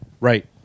right